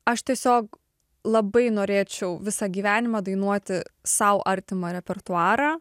aš tiesiog labai norėčiau visą gyvenimą dainuoti sau artimą repertuarą